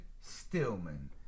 Stillman